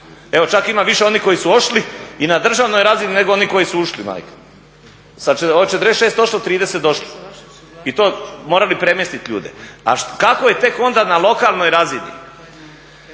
Evo čak ima više onih koji su otišli i na državnoj razini nego onih koji su ušli. Od 46 otišlo 30 došlo i to morali premjestiti ljude. A kako je tek onda na lokalnoj razini?